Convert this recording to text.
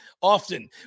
often